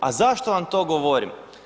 A zašto vam to govorim?